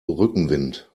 rückenwind